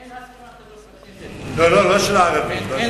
אין הסכמה כזאת, לא, לא של הערבים, לא של הערבים.